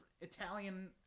Italian